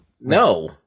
No